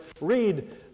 Read